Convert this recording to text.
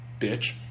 bitch